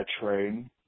train